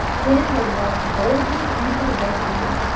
then they walked boldly into the vestibule.